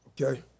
okay